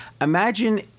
imagine